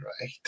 right